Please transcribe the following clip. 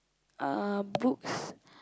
uh books